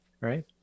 Right